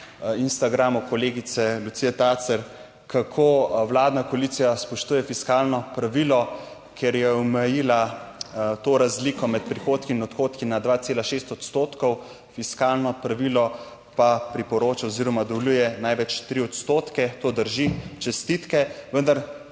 Instagramu kolegice Lucije Tacer, kako vladna koalicija spoštuje fiskalno pravilo, ker je omejila to razliko med prihodki in odhodki na 2,6 odstotkov, fiskalno pravilo pa priporoča oziroma dovoljuje največ 3 odstotke. To drži. Čestitke. Vendar